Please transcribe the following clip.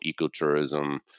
ecotourism